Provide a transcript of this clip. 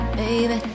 baby